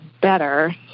better